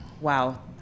Wow